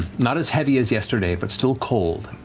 not as heavy as yesterday, but still cold,